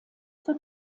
zur